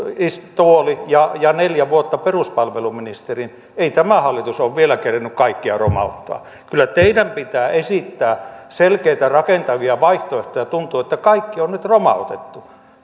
tuoli ja ja neljä vuotta peruspalveluministerin ei tämä hallitus ole vielä kerennyt kaikkea romauttaa kyllä teidän pitää esittää selkeitä rakentavia vaihtoehtoja tuntuu että kaikki on nyt romautettu